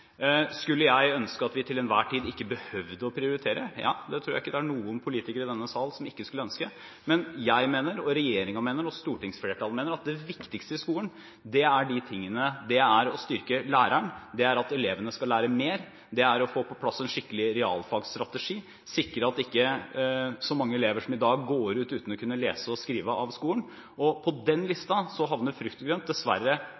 Skulle jeg ønske at vi til enhver tid ikke behøvde å prioritere? Ja, det tror jeg ikke det er noen politikere i denne sal som ikke skulle ønske. Men jeg, regjeringen og stortingsflertallet mener at det viktigste i skolen er å styrke læreren, at elevene skal lære mer, å få på plass en skikkelig realfagstrategi, og å sikre at ikke så mange elever som i dag går ut av skolen uten å kunne lese og skrive. På den listen havner frukt og grønt dessverre